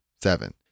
seven